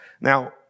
Now